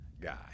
guy